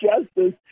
justice